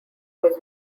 was